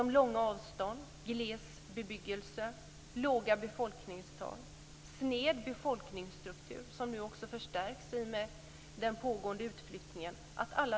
Det är långa avstånd, gles bebyggelse, låga befolkningstal och sned befolkningsstruktur, som nu förstärks i samband med den pågående utflyttningen.